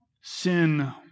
Sin